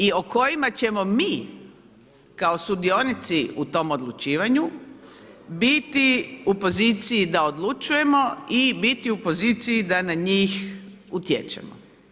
I o kojima ćemo mi kao sudionici u tom odlučivanju biti u poziciji da odlučujemo i biti u poziciji da na njih utječemo.